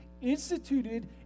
instituted